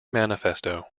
manifesto